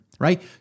right